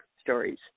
stories